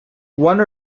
one